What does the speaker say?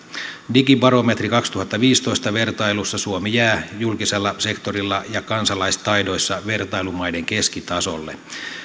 digibarometri kaksituhattaviisitoista vertailussa suomi jää julkisella sektorilla ja kansalaistaidoissa vertailumaiden keskitasolle